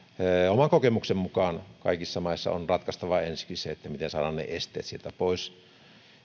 oman kokemukseni mukaan kaikissa maissa on ratkaistava ensinnäkin se miten saadaan ne esteet sieltä pois